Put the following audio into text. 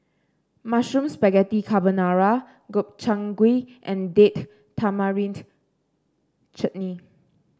Mushroom Spaghetti Carbonara Gobchang Gui and Date Tamarind Chutney